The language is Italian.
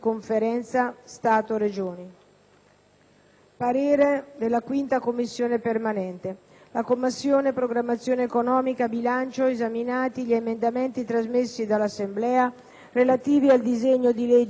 Conferenza Stato-Regioni». «La Commissione programmazione economica, bilancio, esaminati gli emendamenti trasmessi dall'Assemblea, relativi al disegno di legge in titolo» ad eccezione delle proposte